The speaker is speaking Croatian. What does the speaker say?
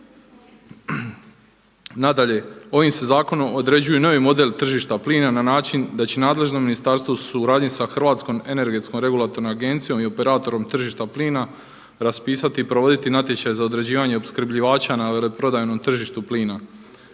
Nadalje, ovim se zakonom određuje novi model tržišta plina na način da će nadležno ministarstvo u suradnji sa Hrvatskom energetskom regulatornom agencijom i operatorom tržišta plina raspisati provoditi natječaj za određivanje opskrbljivača na veleprodajnom tržištu plina.